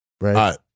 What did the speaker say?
right